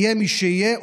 יהיה מי שיהיה,